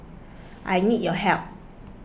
I need your help